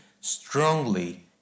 strongly